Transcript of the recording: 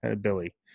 Billy